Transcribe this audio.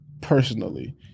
personally